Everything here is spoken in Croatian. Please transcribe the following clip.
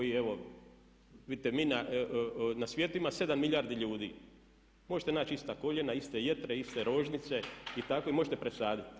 Vidite na svijetu ima 7 milijardi ljudi, možete naći ista koljena, iste jetre, iste rožnice i tako, možete presaditi.